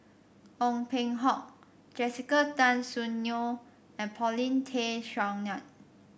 Ong Peng Hock Jessica Tan Soon Neo and Paulin Tay Straughan